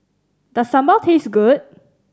does sambal taste good